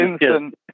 instant